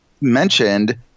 mentioned